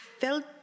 felt